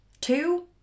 Two